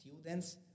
students